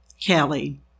Kelly